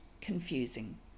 confusing